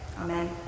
Amen